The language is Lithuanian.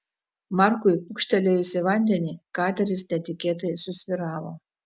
markui pūkštelėjus į vandenį kateris netikėtai susvyravo